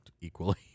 equally